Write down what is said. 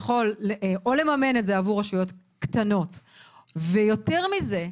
יכול או לממן את זה עבור רשויות קטנות ויותר מזה,